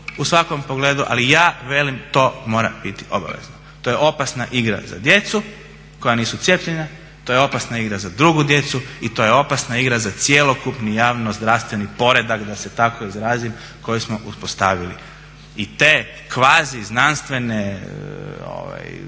u svakom pogledu ali ja velim to mora biti obavezno. To je opasna igra za djecu koja nisu cijepljena, to je opasna igra za drugu djecu i to je opasna igra za cjelokupni javno zdravstveni poredak da se tako izrazim koji smo uspostavili. I te kvazi znanstvene